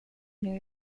new